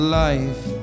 life